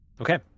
Okay